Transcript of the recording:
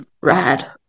Rad